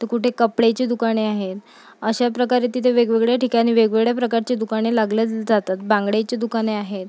तर कुठे कपड्याची दुकाने आहेत अशाप्रकारे तिथे वेगवेगळ्या ठिकाणी वेगवेगळ्या प्रकारचे दुकाने लागले जातात बांगड्यांची दुकाने आहेत